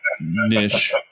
niche